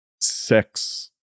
sex